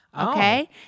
Okay